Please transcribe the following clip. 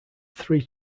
three